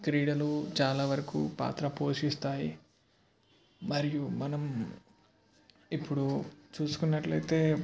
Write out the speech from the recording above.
క్రీడలు చాలా వరకు పాత్ర పోషిస్తాయి మరియు మనం ఇప్పుడు చూసుకున్నట్లయితే